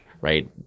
right